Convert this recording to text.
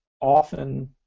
often